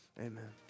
Amen